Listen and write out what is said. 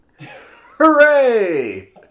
Hooray